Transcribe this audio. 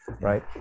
Right